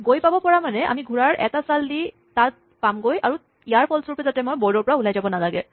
গৈ পাব পৰা মানে আমি ঘোঁৰাৰ এটা চাল দি তাত পামগৈ আৰু ইয়াৰ ফলস্বৰূপে যাতে মই বৰ্ডৰ পৰা ওলাই যাব নালাগে